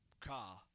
car